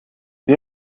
the